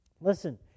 Listen